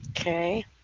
okay